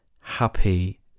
happy